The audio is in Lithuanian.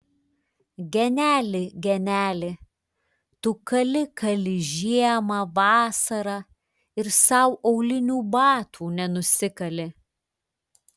geneli geneli tu kali kali žiemą vasarą ir sau aulinių batų nenusikali